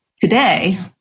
Today